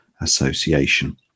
Association